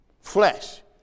flesh